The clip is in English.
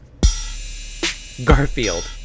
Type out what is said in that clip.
Garfield